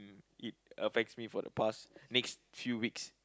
it affects me for the past next few weeks